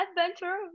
adventure